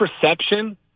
perception